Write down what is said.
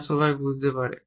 যা সবাই বুঝতে পারে